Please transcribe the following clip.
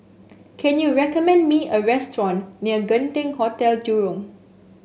can you recommend me a restaurant near Genting Hotel Jurong